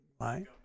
Right